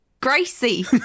Gracie